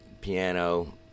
piano